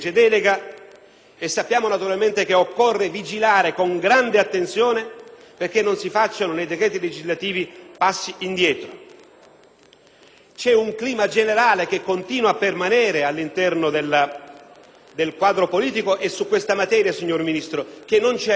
ovviamente occorre vigilare con grande attenzione affinché non si facciano nei decreti legislativi passi indietro. C'è un clima generale che continua a permanere all'interno del quadro politico su questa materia, signor Ministro, che non ci aiuta.